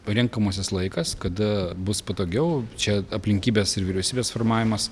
parenkamasis laikas kada bus patogiau čia aplinkybės ir vyriausybės formavimas